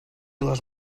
les